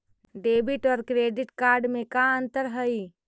Debit और credit card में का अंतर हइ?